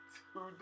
two